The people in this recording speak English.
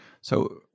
So-